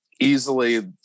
easily